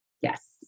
Yes